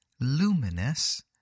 luminous